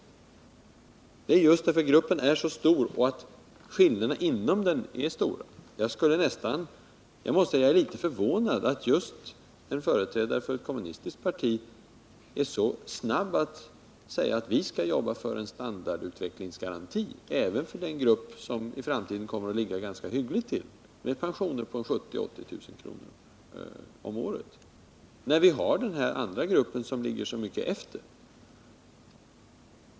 Vi gör på detta sätt just därför att gruppen är så stor och därför att skillnaderna inom den är stora. Jag måste säga att jag är litet förvånad över att en företrädare för ett kommunistiskt parti är så snabb att säga att man skall jobba för en standardutvecklingsgaranti även för den grupp som i framtiden kommer att ligga ganska hyggligt till, med pensioner på 70 000-80 000 kr. om året, när vi har den här andra gruppen som ligger så mycket efter.